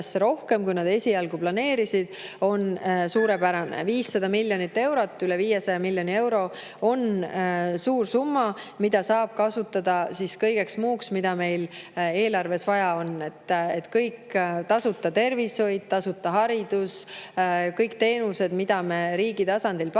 kui nad esialgu planeerisid, on suurepärane. 500 miljonit eurot, üle 500 miljoni euro – see on suur summa, mida saab kasutada kõigeks, mida meil eelarves vaja on. Tasuta tervishoid, tasuta haridus, kõik muud teenused, mida me riigi tasandil pakume